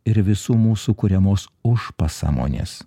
ir visų mūsų kuriamos už pasąmonės